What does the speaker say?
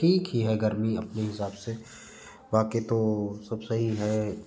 ठीक ही है गर्मी अपने हिसाब से बाकी तो सब सही है